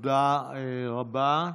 תודה רבה.